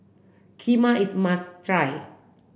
Kheema is must try